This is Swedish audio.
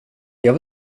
jag